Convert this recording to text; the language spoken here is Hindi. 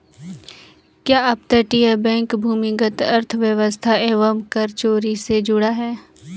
क्या अपतटीय बैंक भूमिगत अर्थव्यवस्था एवं कर चोरी से जुड़ा है?